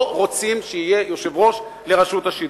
לא רוצים שיהיה יושב-ראש לרשות השידור.